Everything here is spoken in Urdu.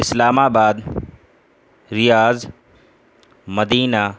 اسلام آباد ریاض مدینہ